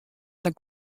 dan